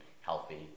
healthy